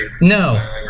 No